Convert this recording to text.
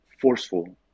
forceful